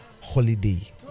holiday